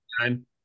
time